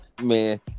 Man